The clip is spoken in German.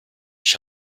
ich